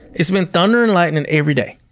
it's been thunder and lightning every day.